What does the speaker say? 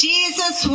Jesus